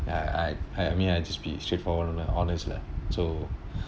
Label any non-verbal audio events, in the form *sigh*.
I I I I mean I just be straightforward and ho~ honest lah so *breath*